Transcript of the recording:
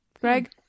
Greg